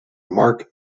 mark